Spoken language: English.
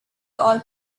all